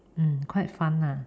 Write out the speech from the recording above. mm quite fun lah